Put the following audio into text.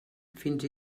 fins